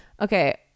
Okay